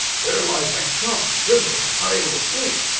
there lies my chum, shivering and unable to sleep.